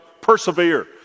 Persevere